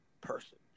person